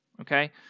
okay